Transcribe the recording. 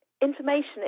information